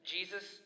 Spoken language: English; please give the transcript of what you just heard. Jesus